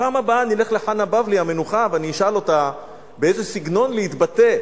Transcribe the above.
בפעם הבאה אני אלך לחנה בבלי המנוחה ואני אשאל אותה באיזה סגנון להתבטא,